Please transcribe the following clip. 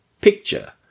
picture